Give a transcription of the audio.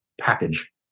package